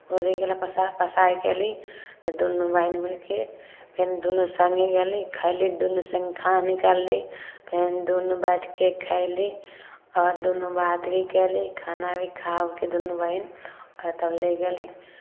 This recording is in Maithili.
रहि गेलै पसा पसारि कऽ अयली फेर दुनू बहीन मिलि कऽ फेर दुनू सङ्गे गेली खयली दुनू सङ्गे खाना निकालली फेर दुनू बैठि कऽ खयली आओर दुनू बात भी कयली खाना भी खा ऊ कऽ दुनू बहीन आ तब लए गेली